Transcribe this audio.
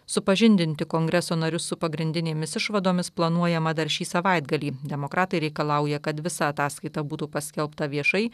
supažindinti kongreso narius su pagrindinėmis išvadomis planuojama dar šį savaitgalį demokratai reikalauja kad visa ataskaita būtų paskelbta viešai